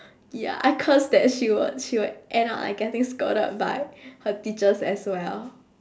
ya I cursed that she would she would end up like getting scolded by her teachers as well